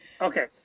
okay